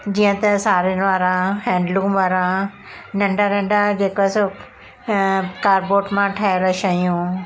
जीअं त साड़ियुनि वारा हैंडलूम वारा नंढा नंढा जेका सो काडबोर्ड मां ठहियल शयूं